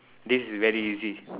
this is very easy